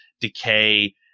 decay